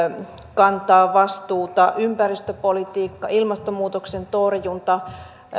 kantaa vastuuta ympäristöpolitiikka ilmastonmuutoksen torjunta